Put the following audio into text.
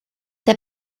der